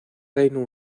reino